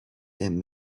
than